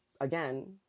again